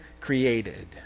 created